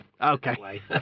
Okay